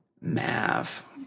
Mav